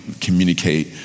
communicate